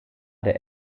der